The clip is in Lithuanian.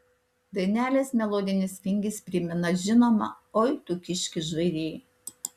dainelės melodinis vingis primena žinomą oi tu kiški žvairy